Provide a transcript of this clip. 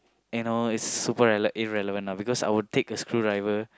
and you know it's super rele~ irrelevant lah because I'd take a screwdriver